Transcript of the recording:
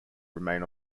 remain